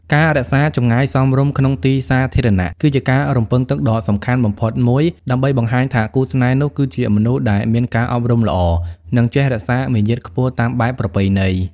ការរក្សា "ចម្ងាយសមរម្យ" ក្នុងទីសាធារណៈ គឺជាការរំពឹងទុកដ៏សំខាន់បំផុតមួយ ដើម្បីបង្ហាញថាគូស្នេហ៍នោះគឺជាមនុស្សដែលមានការអប់រំល្អ និងចេះរក្សាមារយាទខ្ពស់តាមបែបប្រពៃណី។